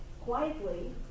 quietly